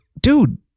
dude